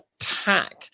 attack